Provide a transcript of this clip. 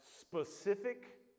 specific